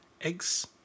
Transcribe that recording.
eggs